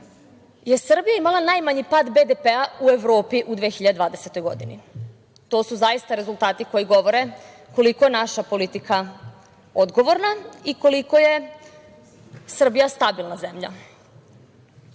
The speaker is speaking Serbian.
je Srbija imala najmanji pad BDP u Evropi u 2020. godini. To su zaista rezultati koji govore koliko je naša politika odgovorna i koliko je Srbija stabilna zemlja.I